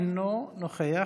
אינו נוכח,